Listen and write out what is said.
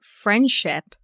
friendship